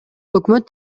өкмөт